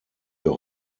wir